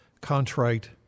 contrite